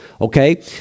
Okay